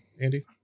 Andy